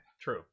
True